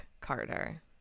Carter